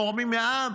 מורמים מעם